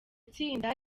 tsinda